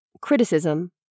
criticism